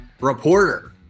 Reporter